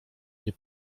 nie